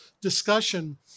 discussion